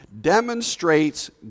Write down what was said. demonstrates